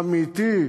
אמיתי,